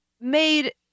made